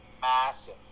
massive